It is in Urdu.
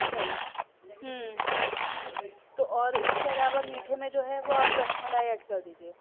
صحیح ہمم تو اور اس کے علاوہ میٹھے میں جو ہے وہ آپ رس ملائی ایڈ کر دیجیے